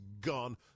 gone